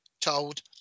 told